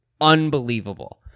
unbelievable